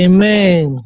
Amen